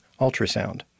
ultrasound